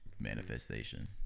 Manifestation